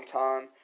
time